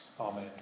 Amen